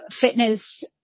fitness